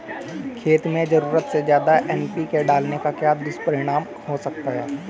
खेत में ज़रूरत से ज्यादा एन.पी.के डालने का क्या दुष्परिणाम हो सकता है?